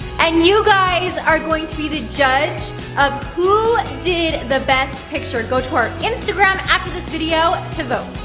and you guys are going to be the judge of who did the best picture. go to our instagram after this video, to vote.